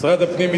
משרד הפנים.